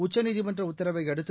உச்சநீதிமன்ற உத்தரவை அடுத்து